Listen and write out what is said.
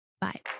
Bye